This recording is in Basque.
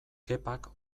kepak